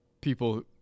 people